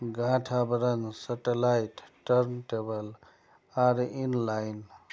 गांठ आवरण satellite turn table are in line